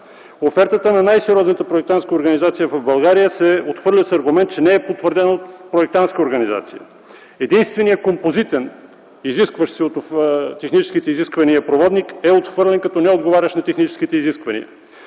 Офертата на най-сериозната проектантска организация в България се отхвърля с аргумент, че не е потвърдена от проектантска организация. Единственият композитен, отговарящ на техническите изисквания, проводник е отхвърлен като неотговарящ на техническите изисквания.